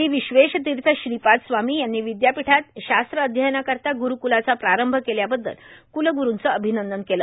श्री विश्वेशतीर्थश्रीपादस्वामी यांनी विद्यापीठात शास्त्रअध्ययनाकरता गुरूकुलाचा प्रारंभ केल्याबद्दल कुलगुरूंचं अभिनंदन केलं